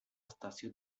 estació